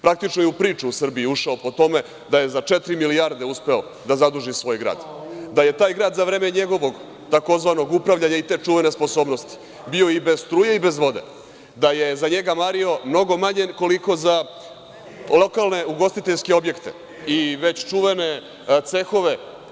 Praktično je u priču u Srbiju ušao po tome da je za 4.000.000.000 uspeo da zaduži svoj grad, da je taj grad za vreme njegovog tzv. upravljanja i te čuvene sposobnosti bio i bez struje i bez vode, da je za njega mario mnogo manje koliko za lokalne ugostiteljske objekte i već čuvene cehove.